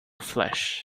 flesh